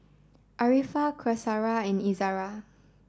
Arifa Qaisara and Izara